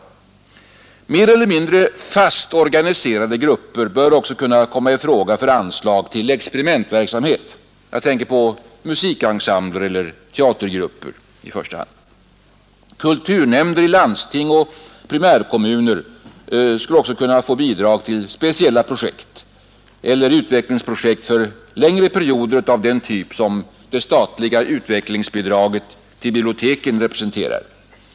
Mer eller mindre fast organiserade grupper bör också kunna komma i fråga för anslag till experimentverksamhet. Jag tänker på musikensembler eller teatergrupper i första hand. Kulturnämnder i landsting och primärkommuner skall också kunna få bidrag till speciella projekt eller utvecklingsprojekt för längre perioder, av den typ som det statliga utvecklingsbidraget till biblioteken representerar.